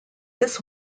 this